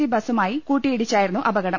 C ബസുമായി കൂട്ടിയിടിച്ചായിരുന്നു അപകടം